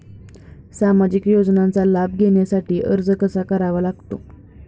सामाजिक योजनांचा लाभ घेण्यासाठी अर्ज कसा करावा लागतो?